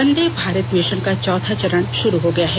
वंदे Bharat mission का चौथा चरण श्रू हो गया है